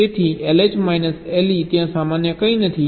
તેથી LH minus LE ત્યાં સામાન્ય કંઈ નથી